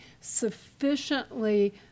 sufficiently